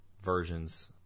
versions